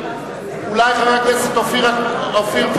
של חבר הכנסת דב חנין,